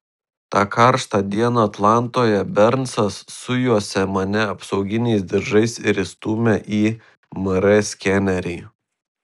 tą karštą dieną atlantoje bernsas sujuosė mane apsauginiais diržais ir įstūmė į mr skenerį